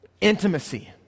intimacy